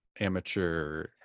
amateur